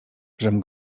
żem